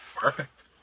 Perfect